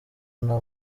nta